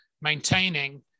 maintaining